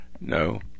no